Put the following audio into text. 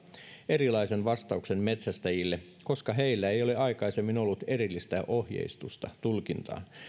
erilaisen vastauksen metsästäjille koska heillä ei ole aikaisemmin ollut erillistä ohjeistusta tulkintaa